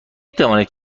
توانید